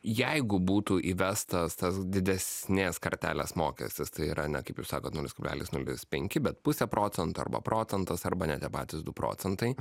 jeigu būtų įvestas tas didesnės kartelės mokestis tai yra ne kaip jūs sakot nulis kablelis nulis penki bet pusė procento arba procentas arba net tie patys du procentai